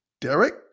Derek